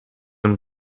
een